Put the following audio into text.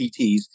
PTs